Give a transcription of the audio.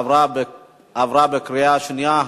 עברה בקריאה שנייה.